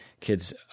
kids